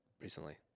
recently